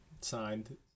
Signed